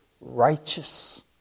Righteous